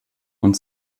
und